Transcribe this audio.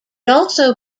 also